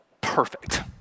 perfect